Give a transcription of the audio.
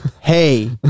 hey